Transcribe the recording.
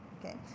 Okay